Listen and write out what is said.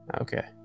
okay